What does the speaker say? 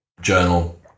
journal